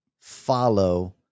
follow